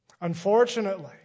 Unfortunately